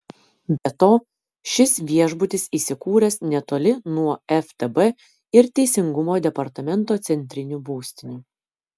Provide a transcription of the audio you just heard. be to šis viešbutis įsikūręs netoli nuo ftb ir teisingumo departamento centrinių būstinių